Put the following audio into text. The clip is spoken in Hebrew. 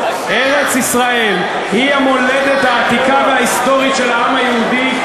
ארץ-ישראל היא המולדת העתיקה וההיסטורית של העם היהודי,